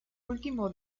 último